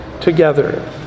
Together